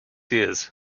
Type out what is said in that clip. years